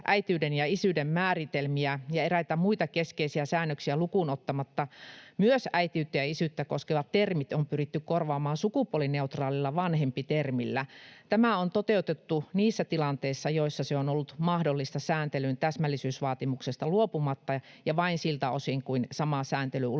äitiyden ja isyyden määritelmiä ja eräitä muita keskeisiä säännöksiä lukuun ottamatta — myös äitiyttä ja isyyttä koskevat termit on pyritty korvaamaan sukupuolineutraalilla vanhempi-termillä. Tämä on toteutettu niissä tilanteissa, joissa se on ollut mahdollista sääntelyn täsmällisyysvaatimuksesta luopumatta ja vain siltä osin kuin sama sääntely ulottuu